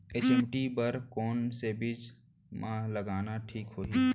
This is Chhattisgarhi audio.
एच.एम.टी बर कौन से बीज मा लगाना ठीक होही?